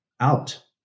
Out